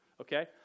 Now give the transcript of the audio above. Okay